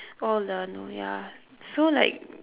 all the no ya so like